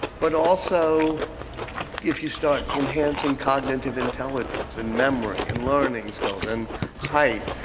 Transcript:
but also if you start enhancing cognitive intelligence and memory and learning skills and height,